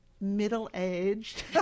middle-aged